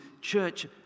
church